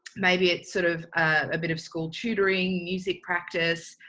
maybe it's sort of a bit of school tutoring, music practice.